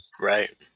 Right